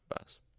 us